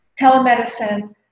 telemedicine